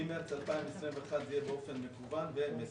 ממרץ 2021, יהיה באופן מקוון ומסודר.